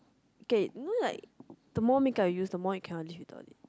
okay you know like the more makeup you use the more you cannot live without it